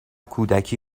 کودکی